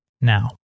Now